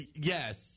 yes